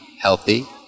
healthy